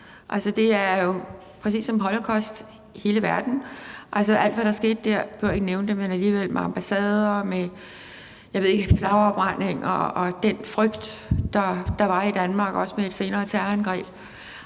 berører jo præcis som holocaust hele verden, alt, hvad der skete der – nu behøver jeg ikke at nævne det, men alligevel – med ambassader, med flagafbrændinger og den frygt, der var i Danmark, også ved et senere terrorangreb.